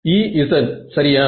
Ez சரியா